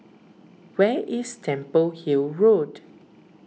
where is Temple Hill Road